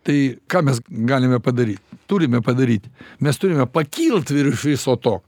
tai ką mes galime padaryt turime padaryti mes turime pakilt virš viso to